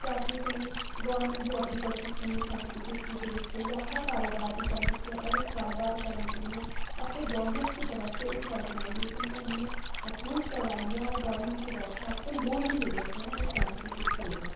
کہ آپ یہ کہیں گورنمنٹ جاب بھی کر سکتے ہیں اِس سرٹیفکیٹ کی بیس پہ یا اپنا کاروبار بھی کر سکتے ہیں اور اُس کاروبار کرنے کے لیے آپ کو گورنمنٹ کی طرف سے اِس آرگنائزیشن کو ہم نے اپروو کروا لیا اور گورنمنٹ کی طرف سے آپ کو لون بھی لے سکتے ہیں آپ اِس سرٹیفکیٹ کے اوپر